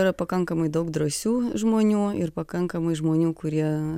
yra pakankamai daug drąsių žmonių ir pakankamai žmonių kurie